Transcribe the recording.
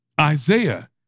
Isaiah